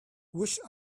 wish